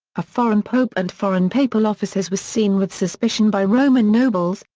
a foreign pope and foreign papal officers were seen with suspicion by roman nobles,